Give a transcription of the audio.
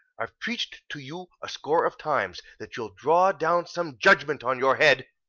i've preached to you a score of times that you'll draw down some judgment on your head.